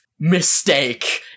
Mistake